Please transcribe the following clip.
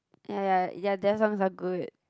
ya ya ya their songs are good